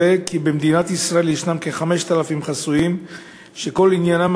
במדינת ישראל ישנם כ-5,000 חסויים שכל ענייניהם